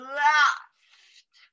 laughed